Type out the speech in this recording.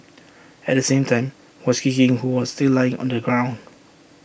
at the same time was kicking who was still lying on the ground